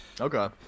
Okay